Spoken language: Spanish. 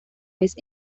vez